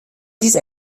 dieser